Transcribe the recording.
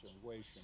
situation